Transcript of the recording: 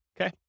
Okay